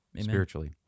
spiritually